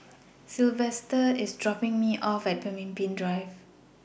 Silvester IS dropping Me off At Pemimpin Drive